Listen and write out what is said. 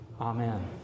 Amen